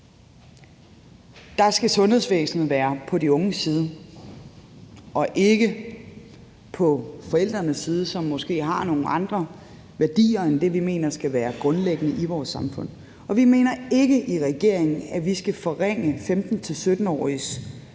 Der skal sundhedsvæsenet være på de unges side og ikke på forældrenes side, som måske har nogle andre værdier end dem, vi mener skal være grundlæggende i vores samfund. Vi mener ikke i regeringen, at vi skal forringe 15-17-åriges